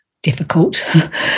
Difficult